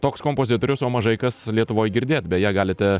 toks kompozitorius o mažai kas lietuvoj girdėt beje galite